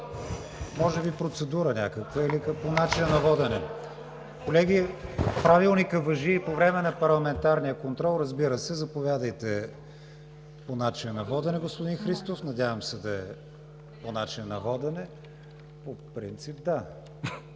Може би процедура някаква или по начина на водене. (Шум и реплики.) Колеги, Правилникът важи и по време на парламентарния контрол, разбира се. Заповядайте по начина на водене, господин Христов. Надявам се да е по начина на водене. (Шум и